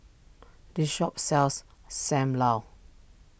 this shop sells Sam Lau